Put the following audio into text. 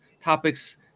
topics